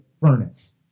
furnace